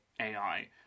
ai